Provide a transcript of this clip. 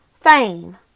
fame